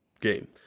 game